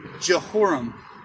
Jehoram